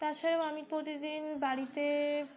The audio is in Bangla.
তাছাড়াও আমি প্রতিদিন বাড়িতে